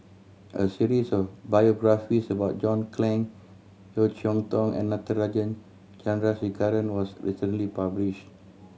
a series of biographies about John Clang Yeo Cheow Tong and Natarajan Chandrasekaran was recently published